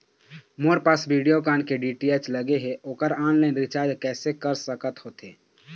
मोर पास वीडियोकॉन के डी.टी.एच लगे हे, ओकर ऑनलाइन रिचार्ज कैसे कर सकत होथे?